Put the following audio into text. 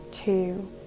two